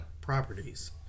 properties